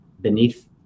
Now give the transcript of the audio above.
beneath